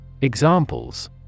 Examples